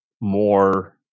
more